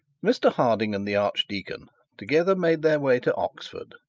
mr harding and the archdeacon together made their way to oxford,